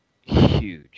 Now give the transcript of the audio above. huge